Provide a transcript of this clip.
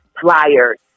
Flyers